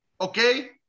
Okay